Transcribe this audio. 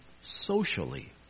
socially